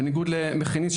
בניגוד למכיניסט,